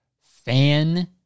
fan